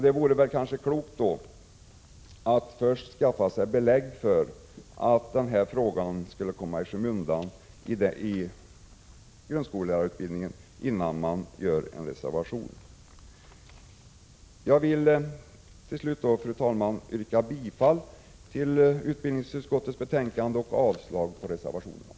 Det vore kanske klokt att först skaffa belägg för att frågan kommer i skymundan i grundskollärarutbildningen innan man reserverar sig. Fru talman! Jag yrkar bifall till utbildningsutskottets hemställan och avslag på reservationerna.